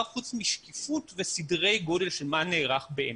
חוץ משקיפות בסדרי גודל של מה נערך באמת.